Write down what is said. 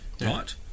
Right